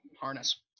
harness